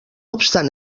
obstant